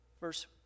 Verse